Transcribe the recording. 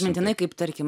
mintinai kaip tarkim